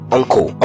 uncle